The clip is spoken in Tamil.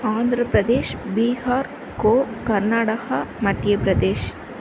ஆந்திர பிரதேஷ் பீகார் கோ கர்நாடகா மத்திய பிரதேஷ்